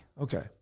Okay